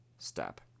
Step